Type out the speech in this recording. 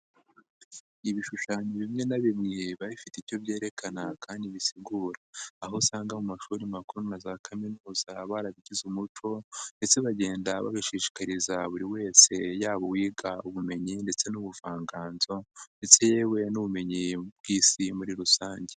Ibishushanyo bimwe na bimwe biba bifite icyo byerekana kandi bisigura, aho usanga mu mashuri makuru na za kaminuza barabigize umuco ndetse bagenda babishishikariza buri wese yaba uwiga ubumenyi ndetse n'ubuvanganzo ndetse yewe n'ubumenyi bw'isi muri rusange.